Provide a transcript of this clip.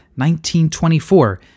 1924